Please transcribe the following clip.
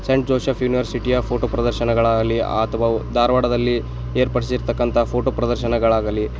scent joseph ಯೂನಿವರ್ಸಿಟಿಯ photo ಪ್ರದರ್ಶನಗಳಾಗಲಿ ಅಥ್ವಾ ಧಾರವಾಡದಲ್ಲಿ ಏರ್ಪಡ್ಸಿರ್ತಕ್ಕಂಥ ಫೋಟೋ ಪ್ರದರ್ಶನಗಳಾಗಲಿ